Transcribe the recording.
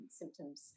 symptoms